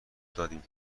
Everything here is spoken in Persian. دادیم